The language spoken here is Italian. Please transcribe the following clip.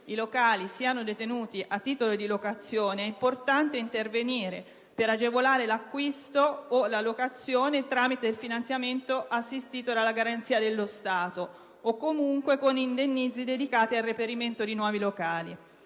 i locali siano detenuti a titolo di locazione è importante intervenire per agevolare l'acquisto o la locazione tramite il finanziamento assistito dalla garanzia dello Stato o, comunque, con indennizzi dedicati al reperimento di nuovi locali.